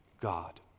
God